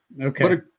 Okay